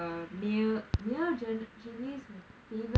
the male male journ~ journalists